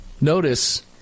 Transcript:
notice